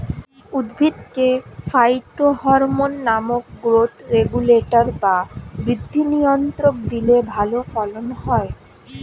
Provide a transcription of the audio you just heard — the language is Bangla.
উদ্ভিদকে ফাইটোহরমোন নামক গ্রোথ রেগুলেটর বা বৃদ্ধি নিয়ন্ত্রক দিলে ভালো ফলন হয়